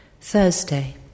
Thursday